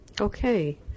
okay